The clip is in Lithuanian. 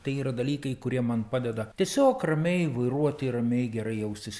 tai yra dalykai kurie man padeda tiesiog ramiai vairuoti ramiai gerai jaustis